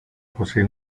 posee